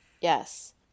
Yes